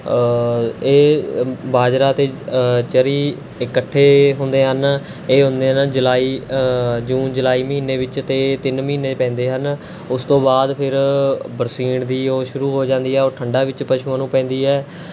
ਇਹ ਬਾਜਰਾ ਅਤੇ ਚਰ੍ਹੀ ਇਕੱਠੇ ਹੁੰਦੇ ਹਨ ਇਹ ਹੁੰਦੇ ਹਨ ਜੁਲਾਈ ਜੂਨ ਜੁਲਾਈ ਮਹੀਨੇ ਵਿੱਚ ਅਤੇ ਤਿੰਨ ਮਹੀਨੇ ਪੈਂਦੇ ਹਨ ਉਸ ਤੋਂ ਬਾਅਦ ਫਿਰ ਬਰਸੀਨ ਦੀ ਉਹ ਸ਼ੁਰੂ ਹੋ ਜਾਂਦੀ ਹੈ ਉਹ ਠੰਢਾਂ ਵਿੱਚ ਪਸ਼ੂਆਂ ਨੂੰ ਪੈਂਦੀ ਹੈ